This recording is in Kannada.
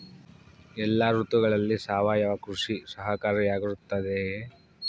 ಎಲ್ಲ ಋತುಗಳಲ್ಲಿ ಸಾವಯವ ಕೃಷಿ ಸಹಕಾರಿಯಾಗಿರುತ್ತದೆಯೇ?